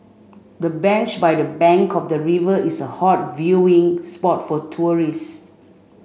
the bench by the bank of the river is a hot viewing spot for tourists